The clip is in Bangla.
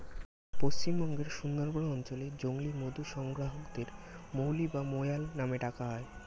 পশ্চিমবঙ্গের সুন্দরবন অঞ্চলে জংলী মধু সংগ্রাহকদের মৌলি বা মৌয়াল নামে ডাকা হয়